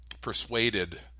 persuaded